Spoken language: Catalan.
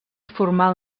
formal